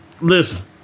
listen